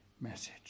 message